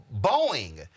Boeing